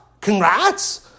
Congrats